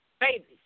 babies